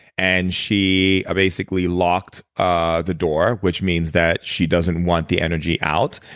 and she ah basically locked ah the door, which means that she doesn't want the energy out.